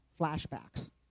flashbacks